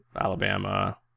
Alabama